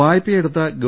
വായ്പയെടുത്ത ഗവ